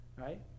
Right